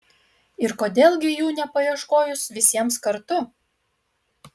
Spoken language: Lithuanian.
ir kodėl gi jų nepaieškojus visiems kartu